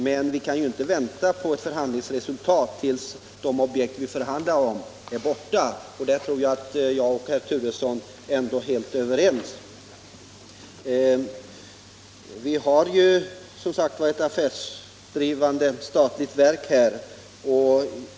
Men vi kan ju inte vänta på ett förhandlingsresultat tills de objekt vi förhandlar om är borta. Om det tror jag att herr Turesson och jag ändå är helt överens. Herr talman!